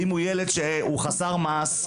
אם הוא ילד חסר מעש,